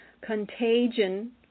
contagion